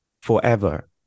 forever